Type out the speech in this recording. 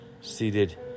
seated